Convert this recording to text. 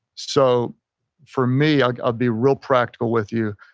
so for me i'll i'll be real practical with you,